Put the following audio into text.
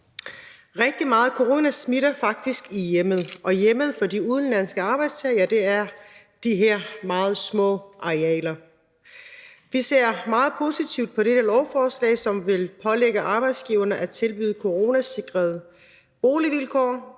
Rigtig meget coronasmitte sker faktisk i hjemmet, og hjemmet for de udenlandske arbejdstagere er de her meget små arealer. Vi ser meget positivt på dette lovforslag, som vil pålægge arbejdsgiverne at tilbyde coronasikrede boligvilkår.